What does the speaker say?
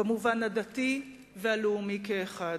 במובן הדתי והלאומי כאחד.